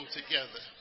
together